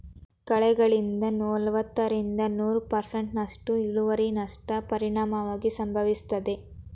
ಕಳೆಗಳಿಂದ ನಲವತ್ತರಿಂದ ನೂರು ಪರ್ಸೆಂಟ್ನಸ್ಟು ಇಳುವರಿನಷ್ಟ ಪರಿಣಾಮವಾಗಿ ಸಂಭವಿಸ್ತದೆ